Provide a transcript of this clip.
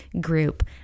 group